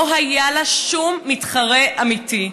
לא היה לה שום מתחרה אמיתי.